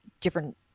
different